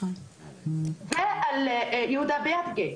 ועל יהודה ביאדגה.